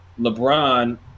LeBron